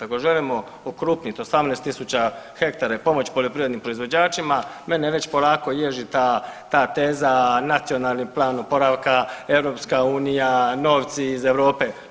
Ako želimo okrupniti 18000 ha i pomoći poljoprivrednim proizvođačima mene već polako ježi ta teza nacionalni plan oporavka, EU, novci iz Europe.